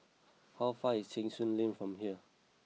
how far is Cheng Soon Lane from here